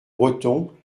breton